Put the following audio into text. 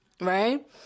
right